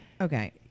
okay